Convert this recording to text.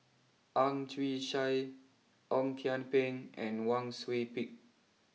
Ang Chwee Chai Ong Kian Peng and Wang Sui Pick